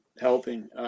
helping